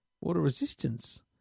water-resistance